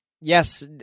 Yes